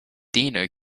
dino